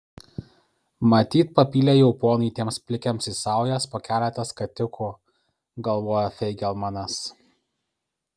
matyt papylė jau ponai tiems plikiams į saujas po keletą skatikų galvojo feigelmanas